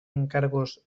encargos